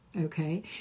okay